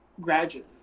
gradually